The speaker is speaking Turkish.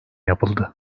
yapıldı